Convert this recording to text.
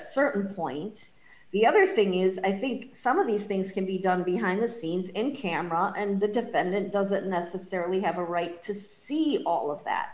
certain point the other thing is i think some of these things can be done behind the scenes in camera and the defendant doesn't necessarily have a right to see all of that